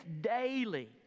daily